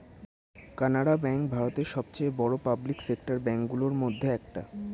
Canara bank ভারতের সবচেয়ে বড় পাবলিক সেক্টর ব্যাঙ্ক গুলোর মধ্যে একটা